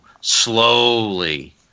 slowly